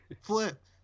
Flip